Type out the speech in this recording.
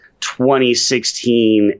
2016